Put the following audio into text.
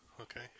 okay